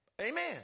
amen